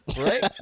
right